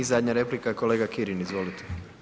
I zadnja replika, kolega Kirin, izvolite.